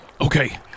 Okay